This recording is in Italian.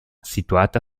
situata